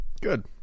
Good